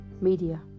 media